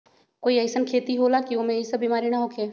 कोई अईसन खेती होला की वो में ई सब बीमारी न होखे?